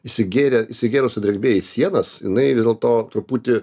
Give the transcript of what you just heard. įsigėrę įsigėrus ta drėgmė į sienas jinai vis dėlto truputį